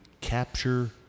capture